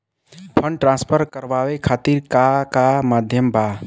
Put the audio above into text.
Fund transfer करवाये खातीर का का माध्यम बा?